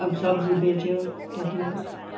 अब सब्जी बेच्यो त्यती हो